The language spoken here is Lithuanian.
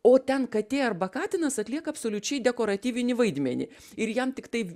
o ten katė arba katinas atlieka absoliučiai dekoratyvinį vaidmenį ir jam tiktai